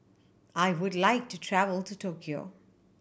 I would like to travel to Tokyo